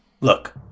Look